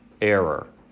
error